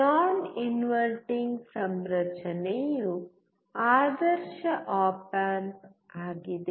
ನಾನ್ inverting ಸಂರಚನೆಯು ಆದರ್ಶ op amp ಆಗಿದೆ